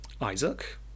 Isaac